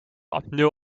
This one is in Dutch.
opnieuw